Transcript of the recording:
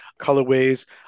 colorways